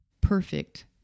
perfect